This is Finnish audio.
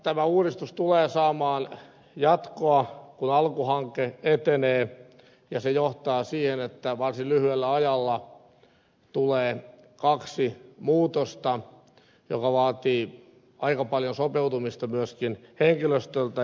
tämä uudistus tulee saamaan jatkoa kun alku hanke etenee ja se johtaa siihen että varsin lyhyellä ajalla tulee kaksi muutosta jotka vaativat aika paljon sopeutumista myöskin henkilöstöltä